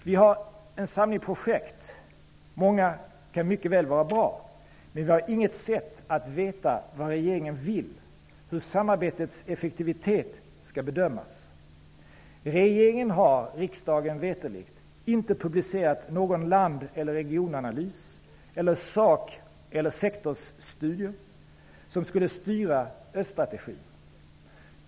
Vi har en samling projekt -- många kan mycket väl vara bra -- men vi har inget sätt att veta vad regeringen vill, hur samarbetets effektivitet skall bedömas. Regeringen har riksdagen veterligt inte publicerat någon land eller regionanalys eller sakeller sektorsstudie som skulle styra öststrategin.